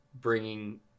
bringing